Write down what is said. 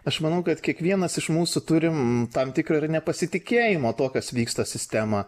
aš manau kad kiekvienas iš mūsų turim tam tikrą ir nepasitikėjimą tuo kas vyksta sistema